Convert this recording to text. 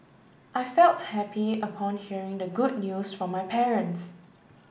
I felt happy upon hearing the good news from my parents